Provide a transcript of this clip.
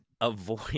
avoid